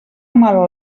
mal